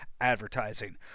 advertising